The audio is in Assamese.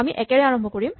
আমি একেৰে আৰম্ভ কৰিম